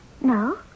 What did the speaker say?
No